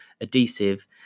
adhesive